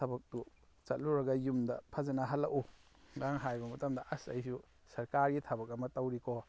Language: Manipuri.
ꯊꯕꯛꯇꯨ ꯆꯠꯂꯨꯔꯒ ꯌꯨꯝꯗ ꯐꯖꯅ ꯍꯜꯂꯛꯎ ꯍꯥꯏꯕ ꯃꯇꯝꯗ ꯑꯁ ꯑꯩꯁꯨ ꯁꯔꯀꯥꯔꯒꯤ ꯊꯕꯛ ꯑꯃ ꯇꯧꯔꯤꯀꯣ